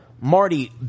Marty